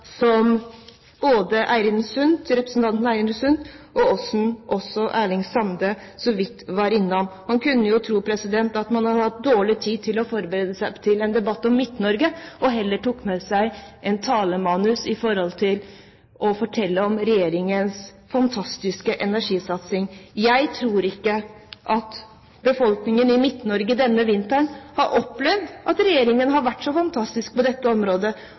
som både representantene Eirin Sund og Erling Sande var innom, kunne man jo tro at man hadde hatt dårlig tid til å forberede seg til en debatt om Midt-Norge og heller tok med seg et manus for å fortelle om regjeringens fantastiske energisatsing. Jeg tror ikke at befolkningen i Midt-Norge denne vinteren har opplevd at regjeringen har vært så fantastisk på dette området.